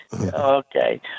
Okay